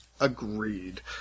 Agreed